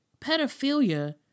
pedophilia